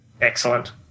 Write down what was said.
excellent